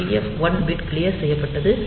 TF1 bit clear செய்யப்பட்டது